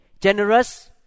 generous